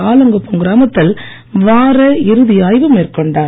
ஆலங்குப்பம் கிராமத்தில் வார இறுதி ஆய்வு மேற்கொண்டார்